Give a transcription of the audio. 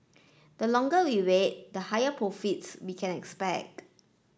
the longer we wait the higher profits we can expect